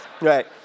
right